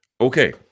okay